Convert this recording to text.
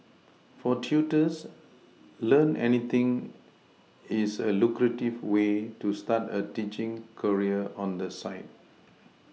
for tutors learn anything is a lucrative way to start a teaching career on the side